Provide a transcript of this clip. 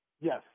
Yes